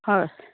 হয়